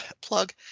plug